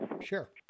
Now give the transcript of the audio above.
Sure